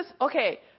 okay